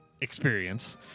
experience